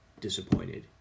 disappointed